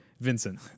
Vincent